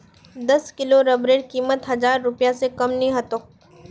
दस किलो रबरेर कीमत हजार रूपए स कम नी ह तोक